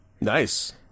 nice